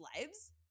lives